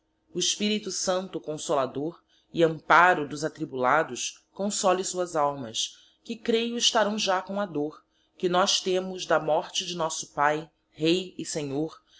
o spirito sancto cosolador e emparo dos atribulados console suas almas que creio estarão já com a dor que nós temos da morte de nosso pai rei e senhor